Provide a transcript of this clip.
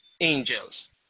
angels